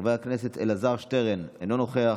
חבר הכנסת אלעזר שטרן, אינו נוכח,